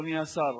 אדוני השר,